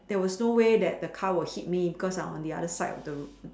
there was no way that the car will hit me because I on the other side of the road